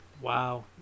Wow